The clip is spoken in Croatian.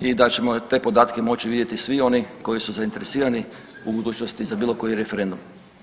i da ćemo te podatke moći vidjeti svi oni koji su zainteresirani u budućnosti za bilo koji referendum.